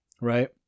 right